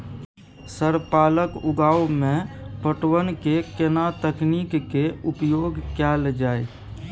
Sir पालक उगाव में पटवन के केना तकनीक के उपयोग कैल जाए?